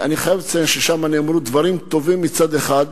אני חייב לציין שנאמרו שם דברים טובים מצד אחד,